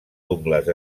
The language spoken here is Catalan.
ungles